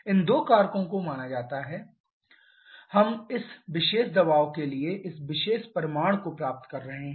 इन दो कारकों को माना जा रहा है हम इस विशेष दबाव के लिए इस विशेष परिमाण को प्राप्त कर रहे हैं